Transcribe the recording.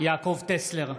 יעקב טסלר,